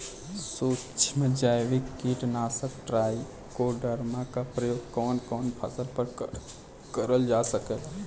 सुक्ष्म जैविक कीट नाशक ट्राइकोडर्मा क प्रयोग कवन कवन फसल पर करल जा सकेला?